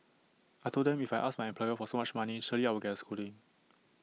I Told them if I ask my employer for so much money surely I will get A scolding